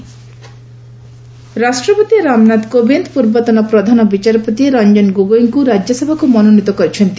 ପ୍ରେଜ୍ ଗୋଗୋଇ ଆର୍ଏସ୍ ରାଷ୍ଟ୍ରପତି ରାମନାଥ କୋବିନ୍ଦ ପୂର୍ବତନ ପ୍ରଧାନ ବିଚାରପତି ରଞ୍ଜନ ଗୋଗୋଇଙ୍କୁ ରାଜ୍ୟସଭାକୁ ମନୋନୀତ କରିଛନ୍ତି